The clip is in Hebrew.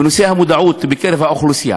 בנושא המודעות בקרב האוכלוסייה,